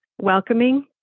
welcoming